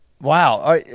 Wow